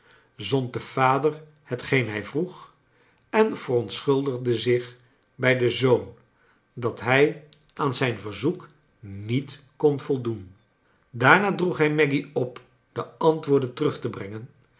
den vader hetgeen hij vroeg en verontschuldigde zich bij den zoon dat hij aan zijn verzoek niet kon voldoen daarna droeg hij maggy op de antwoorden terug te brengen